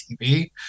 tv